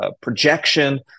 projection